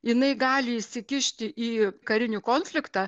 jinai gali įsikišti į karinį konfliktą